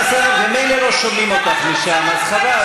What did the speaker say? ממילא לא שומעים אותך משם, אז חבל.